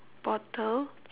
bottle